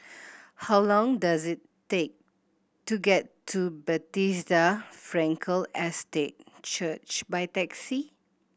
how long does it take to get to Bethesda Frankel Estate Church by taxi